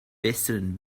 besseren